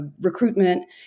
recruitment